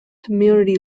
community